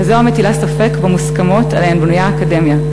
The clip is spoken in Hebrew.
כזו המטילה ספק במוסכמות שעליהן בנויה האקדמיה,